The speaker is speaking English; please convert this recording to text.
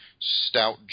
stout